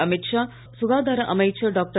அமித் ஷா சுகாரதார அமைச்சர் டாக்டர்